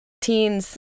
Teens